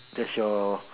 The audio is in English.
that's your